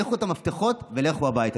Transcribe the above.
תניחו את המפתחות ולכו הביתה.